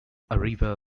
arriva